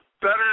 better